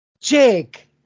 Jake